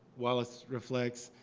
wallace reflects,